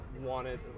wanted